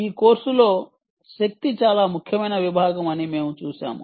ఈ కోర్సులో శక్తి చాలా ముఖ్యమైన విభాగం అని మేము చూశాము